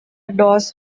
doss